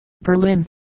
Berlin